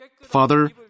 Father